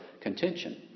contention